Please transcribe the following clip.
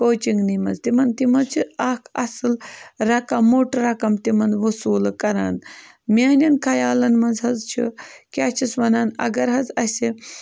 کوچِنٛگنٕے منٛز تِمَن تِم حظ چھِ اَکھ اَصٕل رَقم موٚٹ رَقم تِمَن وصوٗلہٕ کَران میٛانٮ۪ن خیالَن منٛز حظ چھِ کیٛاہ چھِس وَنان اگر حظ اَسہِ